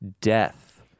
death